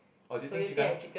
or do you think chicken